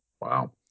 Wow